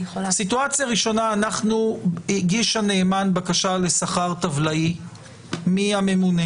בסיטואציה ראשונה הגיש הנאמן בקשה לשכר טבלאי מהממונה.